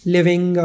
Living